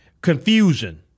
confusion